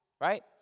Right